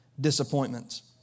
disappointments